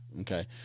okay